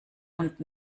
und